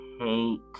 hate